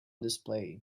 display